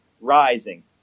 rising